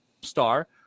star